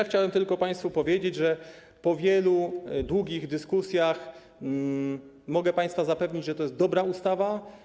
Chciałem tylko państwu powiedzieć, że po wielu długich dyskusjach mogę państwa zapewnić, że to jest dobra ustawa.